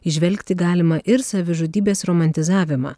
įžvelgti galima ir savižudybės romantizavimą